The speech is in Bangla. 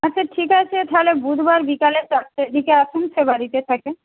আচ্ছা ঠিক আছে তাহলে বুধবার বিকালে চারটের দিকে আসুন সে বাড়িতে থাকে